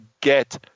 get